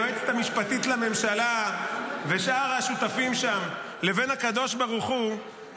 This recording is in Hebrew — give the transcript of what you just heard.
היועצת המשפטית לממשלה ושאר השותפים שם לבין הקדוש ברוך הוא,